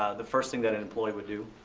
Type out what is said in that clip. the first thing that an employee would do,